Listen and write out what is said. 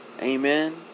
Amen